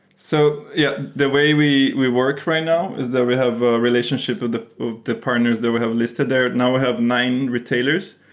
so yeah, the way we we work right now is that we have a relationship of the the partners that we have listed there. now we have nine retailers.